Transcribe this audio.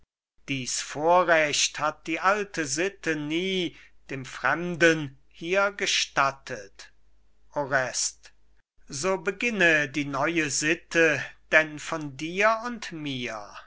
dies vorrecht hat die alte sitte nie dem fremden hier gestattet orest so beginne die neue sitte denn von dir und mir